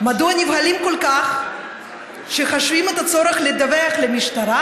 מדוע הם נבהלים כל כך עד שהם חשים את הצורך לדווח למשטרה